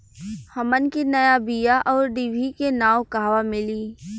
हमन के नया बीया आउरडिभी के नाव कहवा मीली?